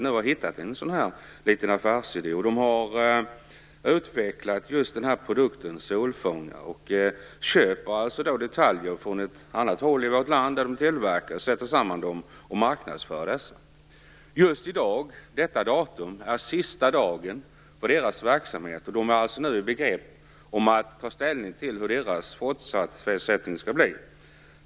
De har hittat en affärsidé och utvecklat solfångare. Man köper detaljer från andra håll i landet, monterar dem och sköter sedan marknadsföringen. Just i dag är sista dagen för Internationell miljötekniks verksamhet. Man står nu i begrepp att ta ställning till hur det skall bli med den fortsatta verksamheten.